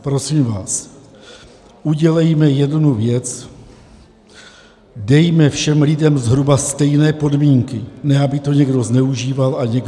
Prosím vás, udělejme jednu věc dejme všem lidem zhruba stejné podmínky, ne aby to někdo zneužíval a někdo ne.